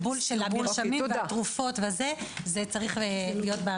כל הסרבול של המרשמים והתרפות צריך להיות בהמלצות.